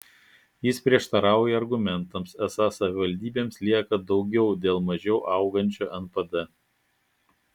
jis prieštarauja argumentams esą savivaldybėms lieka daugiau dėl mažiau augančio npd